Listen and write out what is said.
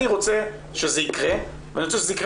אני רוצה שזה יקרה ואני רוצה שזה יקרה